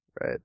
Right